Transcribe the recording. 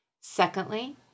Secondly